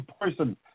person